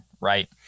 right